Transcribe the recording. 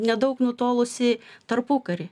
nedaug nutolusį tarpukarį